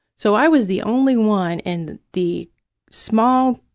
so, i was the only one in the small,